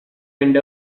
end